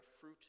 fruit